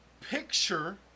picture